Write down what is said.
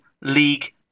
League